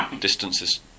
distances